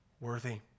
worthy